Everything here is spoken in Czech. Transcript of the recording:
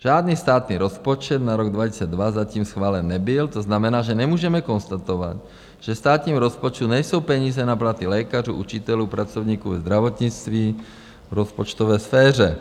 Žádný státní rozpočet na rok 2002 zatím schválen nebyl, to znamená, že nemůžeme konstatovat, že ve státním rozpočtu nejsou peníze na platy lékařů, učitelů, pracovníků ve zdravotnictví, v rozpočtové sféře.